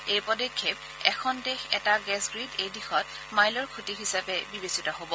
এই পদক্ষেপ এখন দেশ এটা গেছ গ্ৰীড এই দিশত মাইলৰ খুঁটি হিচাপে বিবেচিত হ'ব